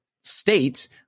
state